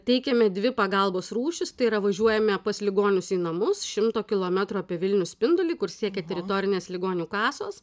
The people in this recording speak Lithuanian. teikiame dvi pagalbos rūšis tai yra važiuojame pas ligonius į namus šimto kilometrų apie vilnių spindulį kur siekia teritorinės ligonių kasos